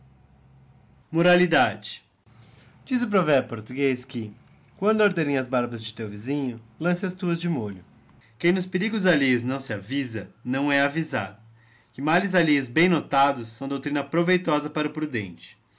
moralidade diz o provérbio portuguez que quando arderem as barbas de teu tisinho lances as tuas de reraolho quem nos perigos alheios não se avisa na he ihu fabulas avisado que males alheios bem notados são doutrina proveitosa para o prudente